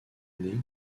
née